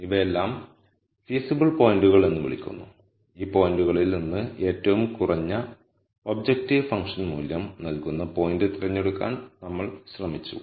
ഇവയെയെല്ലാം ഫീസിബിൾപോയിന്റുകൾ എന്ന് വിളിക്കുന്നു ഈ പോയിന്റുകളിൽ നിന്ന് ഏറ്റവും കുറഞ്ഞ ഒബ്ജക്റ്റീവ് ഫംഗ്ഷൻ മൂല്യം നൽകുന്ന പോയിന്റ് തിരഞ്ഞെടുക്കാൻ നമ്മൾ ശ്രമിച്ചു